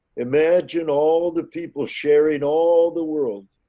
imagine all the people sharing all the world.